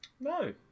No